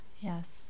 Yes